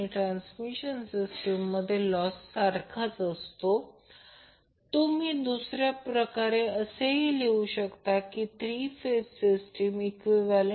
म्हणून जर हे सरळ केले तर pi pi रद्द होईल l l रद्द होईल ते 2 3 r 2 r2 असेल तर r 2 r 2 2 म्हणजे ते 4 3 1